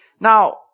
Now